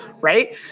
right